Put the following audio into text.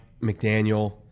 McDaniel